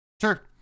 Sure